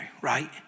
right